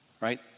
right